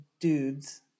dudes